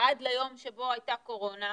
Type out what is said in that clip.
עד ליום שבו הייתה קורונה,